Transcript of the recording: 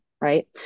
Right